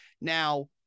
now